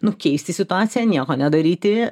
nu keisti situaciją nieko nedaryti